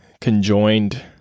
conjoined